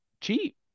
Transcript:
Cheap